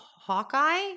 Hawkeye